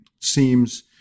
seems